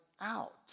out